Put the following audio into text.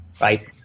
right